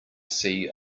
see